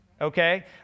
Okay